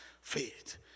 Faith